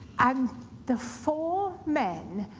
and the four men,